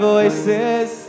voices